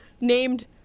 named